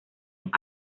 los